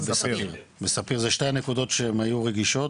ובספיר, בספיר זה שתי הנקודות שהן היו רגישות,